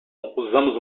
usamos